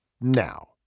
now